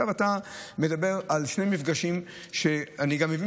אתה מדבר על שני מפגשים שאני גם מבין